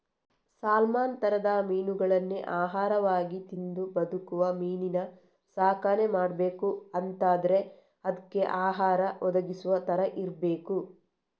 salmon ತರದ ಮೀನುಗಳನ್ನೇ ಆಹಾರವಾಗಿ ತಿಂದು ಬದುಕುವ ಮೀನಿನ ಸಾಕಣೆ ಮಾಡ್ಬೇಕು ಅಂತಾದ್ರೆ ಅದ್ಕೆ ಆಹಾರ ಒದಗಿಸುವ ತರ ಇರ್ಬೇಕು